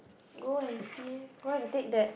go and see go and take that